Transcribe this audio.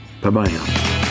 Bye-bye